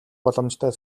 боломжтой